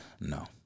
No